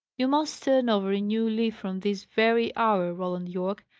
you must turn over a new leaf from this very hour, roland yorke,